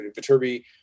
Viterbi